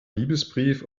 liebesbrief